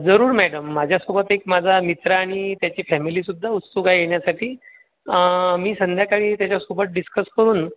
जरूर मॅडम माझ्यासोबत एक माझा मित्र आणि त्याची फॅमिलीसुद्धा उत्सुक आहे येण्यासाठी मी संध्याकाळी त्याच्यासोबत डिस्कस करून